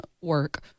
work